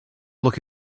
look